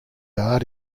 art